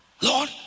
Lord